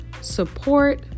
support